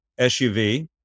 SUV